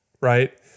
right